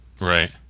Right